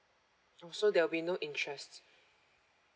oh so there will be no interest